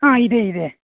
ಹಾಂ ಇದೆ ಇದೆ